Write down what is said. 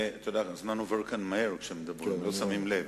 הזמן עובר כאן מהר כשמדברים, לא שמים לב.